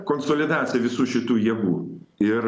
konsolidacija visų šitų jėgų ir